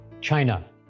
China